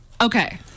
Okay